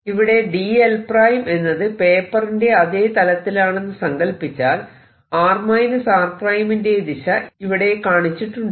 ഇവിടെ dl′ എന്നത് പേപ്പറിന്റെ അതെ തലത്തിലാണെന്ന് സങ്കല്പിച്ചാൽ r r′ ൻറെ ദിശ ഇവിടെ കാണിച്ചിട്ടുണ്ട്